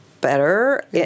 better